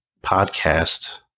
podcast